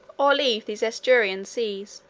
or leave these estuarian seas,